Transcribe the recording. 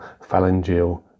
phalangeal